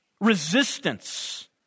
resistance